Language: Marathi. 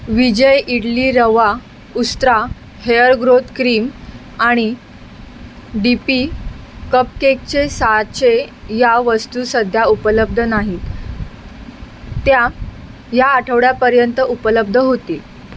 विजय idli rava Ustraa hair growth cream आणि डी पी कपकेकचे साचे या वस्तू सध्या उपलब्ध नाहीत त्या या आठवड्यापर्यंत उपलब्ध होतील